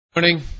Morning